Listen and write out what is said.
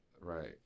Right